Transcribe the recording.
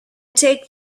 take